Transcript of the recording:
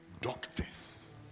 doctors